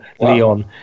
Leon